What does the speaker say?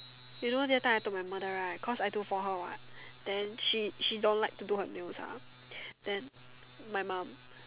you know that time I told my mother right cause I do for her what then she she don't like to do her nails ah then my mom